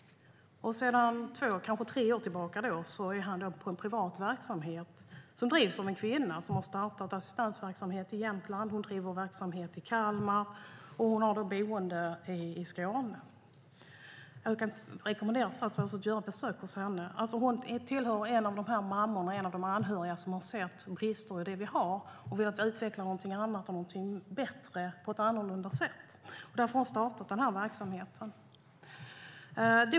Sedan två tre år tillbaka är han på en privat verksamhet som drivs av en kvinna om har startat assistansverksamhet i Jämtland. Hon driver också verksamhet i Kalmar, och hon har ett boende i Skåne. Jag kan rekommendera statsrådet att göra ett besök hos henne. Hon är en av de mammor och anhöriga som har sett bristerna i det vi har och har velat utveckla någonting annat och någonting bättre på ett annorlunda sätt. Därför har hon startat denna verksamhet.